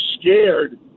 scared